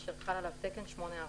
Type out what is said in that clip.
אשר חל עליו תקן 844,